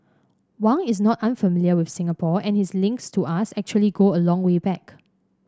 Wang is not unfamiliar with Singapore and his links to us actually go a long way back